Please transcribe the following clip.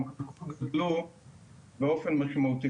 המחלקות גדלו באופן משמעותי.